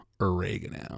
oregano